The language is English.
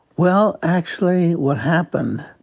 well, actually what happened